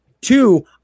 two